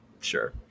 Sure